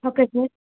okay sir